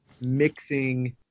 mixing